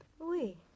Oui